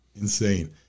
Insane